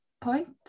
point